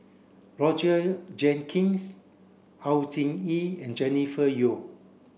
Roger Jenkins Au Hing Yee and Jennifer Yeo